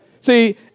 See